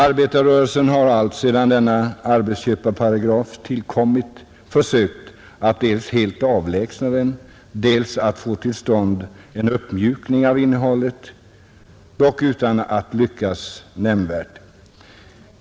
Arbetarrörelsen har alltsedan denna arbetsköparparagrafs tillkomst försökt att dels helt avlägsna paragrafen, dels få till stånd en uppmjukning av innehållet, dock utan att lyckas härmed.